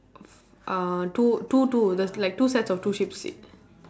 uh two two two there's like two sets of two sheeps